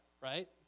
right